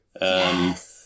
Yes